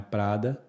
Prada